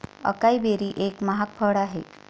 acai berry एक महाग फळ आहे